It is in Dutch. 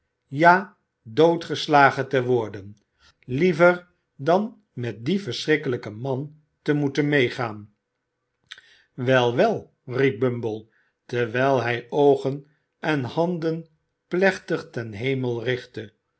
ja doodgeslagen te worden liever dan met die verschrikkelijken man te moeten medegaan wel wel riep bumble terwijl hij oogen en handen plechtig ten hemel richtte